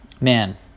man